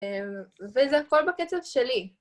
וזה הכל בקצב שלי.